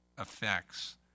effects